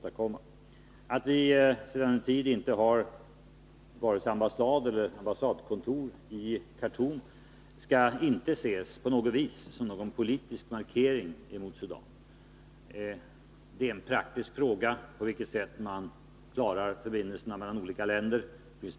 Att vi sedan en tid inte har vare sig ambassad eller ambassadkontor i Khartoum skall inte ses på något vis som en politisk markering mot Sudan. Det är en praktisk fråga på vilket sätt man klarar förbindelserna mellan olika länder.